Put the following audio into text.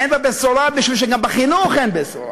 ואין בו בשורה משום שגם בחינוך אין בשורה,